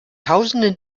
tausenden